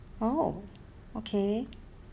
oh okay